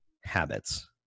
habits